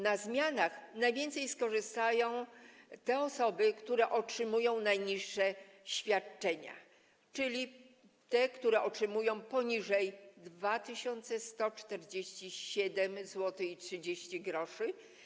Na zmianach najwięcej skorzystają te osoby, które otrzymują najniższe świadczenia, czyli te, które otrzymują poniżej 2147,30 zł.